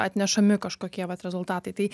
atnešami kažkokie vat rezultatai tai